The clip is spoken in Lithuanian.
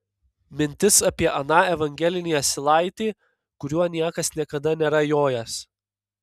mintis apie aną evangelinį asilaitį kuriuo niekas niekada nėra jojęs